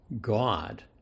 God